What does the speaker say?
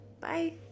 Bye